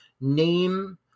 name